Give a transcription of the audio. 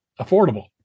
affordable